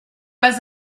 pas